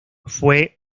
fue